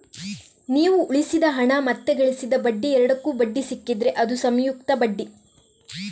ನೀವು ಉಳಿಸಿದ ಹಣ ಮತ್ತೆ ಗಳಿಸಿದ ಬಡ್ಡಿ ಎರಡಕ್ಕೂ ಬಡ್ಡಿ ಸಿಕ್ಕಿದ್ರೆ ಅದು ಸಂಯುಕ್ತ ಬಡ್ಡಿ